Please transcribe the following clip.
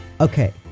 Okay